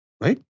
right